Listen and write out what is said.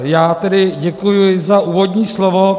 Já tedy děkuji za úvodní slovo.